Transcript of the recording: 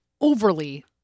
overly